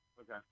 Okay